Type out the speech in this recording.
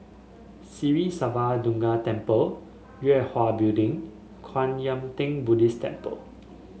Sri Siva Durga Temple Yue Hwa Building Kwan Yam Theng Buddhist Temple